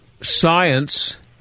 science